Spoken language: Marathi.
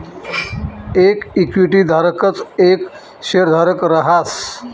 येक इक्विटी धारकच येक शेयरधारक रहास